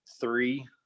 three